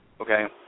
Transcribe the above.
okay